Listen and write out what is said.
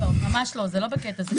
ממש לא, זה לא בקטע כזה.